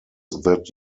that